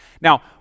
Now